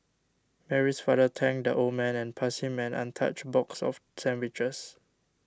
Mary's father thanked the old man and passed him an untouched box of sandwiches